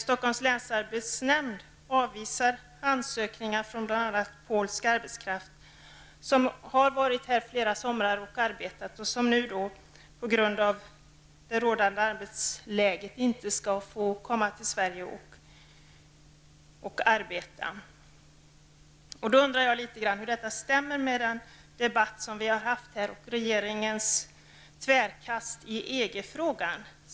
Stockholms länsarbetsnämnd avvisar ansökningar från bl.a. polsk arbetskraft som har varit här flera somrar och arbetat och som nu på grund av det rådande arbetsläget inte skall få komma till Sverige och arbeta. Då undrar jag hur detta stämmer med den debatt som vi har haft här och regeringens tvärkast i EG-frågan.